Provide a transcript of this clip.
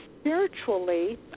spiritually